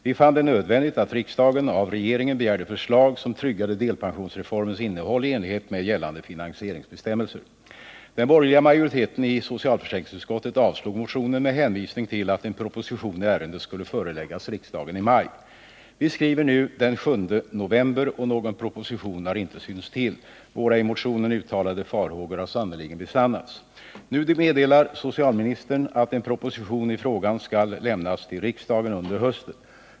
Vi fann det nödvändigt att riksdagen av regeringen begärde förslag som tryggade delpensionsreformens innehåll i enlighet med gällande finansieringsbestämmelser. Den borgerliga majoriteten i socialförsäkringsutskottet avstyrkte motionen med hänvisning till att en proposition i ärendet skulle föreläggas riksdagen i maj. Vi skriver nu den 7 november, och någon proposition har inte synts till. Våra i motionen uttalade farhågor har sannerligen besannats. Nu meddelar socialministern att en proposition i frågan skall lämnas till riksdagen under hösten.